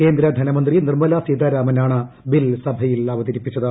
കേന്ദ്ര ധനമന്ത്രി നിർമ്മലാ സീതാരാമനാണ് ബിൽ സഭയിൽ അവതരിപ്പിച്ചത്